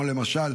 כמו למשל,